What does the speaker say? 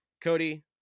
Cody